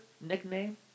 nickname